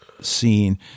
scene